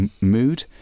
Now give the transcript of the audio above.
mood